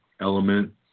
element